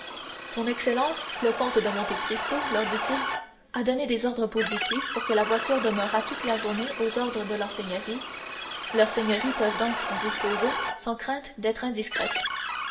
son excellence le comte de monte cristo leur dit-il a donné des ordres positifs pour que la voiture demeurât toute la journée aux ordres de leurs seigneuries leurs seigneuries peuvent donc disposer sans crainte d'être indiscrètes